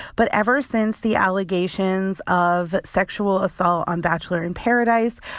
but ever since the allegations of sexual assault on bachelor in paradise,